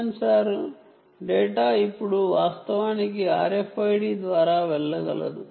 censor data ఇప్పుడు వాస్తవానికి RFID ద్వారా వెళ్ళగలదు